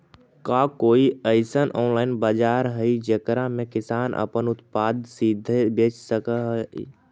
का कोई अइसन ऑनलाइन बाजार हई जेकरा में किसान अपन उत्पादन सीधे बेच सक हई?